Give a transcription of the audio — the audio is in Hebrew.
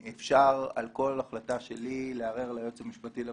שאפשר על כל החלטה שלי לערער ליועץ המשפטי לממשלה.